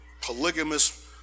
polygamous